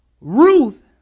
Ruth